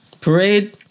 Parade